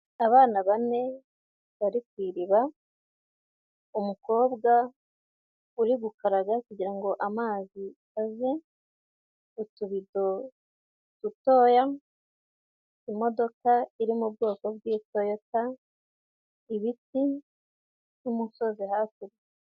Abana bane bari ku iriba, umukobwa uri gukaraga kugira ngo amazi aze utubido dutoya imodoka iri mu bwoko bwi toyota, ibiti by'umusozi hakurya.